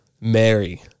Mary